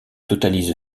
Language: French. totalise